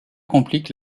complique